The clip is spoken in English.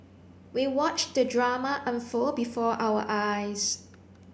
we watched the drama unfold before our eyes